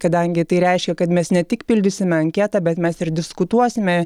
kadangi tai reiškia kad mes ne tik pildysime anketą bet mes ir diskutuosime